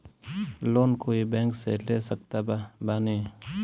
Loan कोई bank से ले सकत बानी?